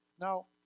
Now